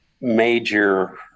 major